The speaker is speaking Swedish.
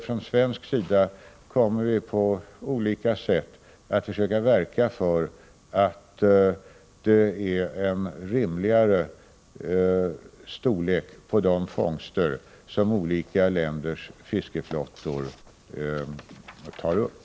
Från svensk sida kommer vi att på olika sätt försöka verka för rimligare storlek på de fångster som olika länders fiskeflottor tar upp.